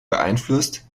beeinflusst